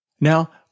Now